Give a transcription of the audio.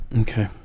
Okay